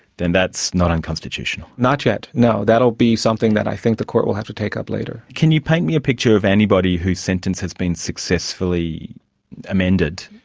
then that's not unconstitutional? not yet, no. that'll be something that i think the court will have to take up later. can you paint me a picture of anybody whose sentence has been successfully amended?